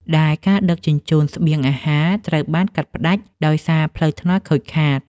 ដែលការដឹកជញ្ជូនស្បៀងអាហារត្រូវបានកាត់ផ្ដាច់ដោយសារផ្លូវថ្នល់ខូចខាត។